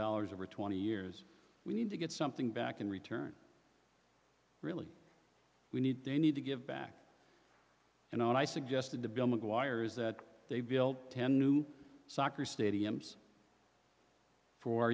dollars over twenty years we need to get something back in return really we need they need to give back and i suggested to bill mcguire is that they've built ten new soccer stadiums for